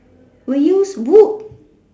we use wood